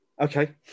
Okay